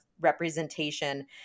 representation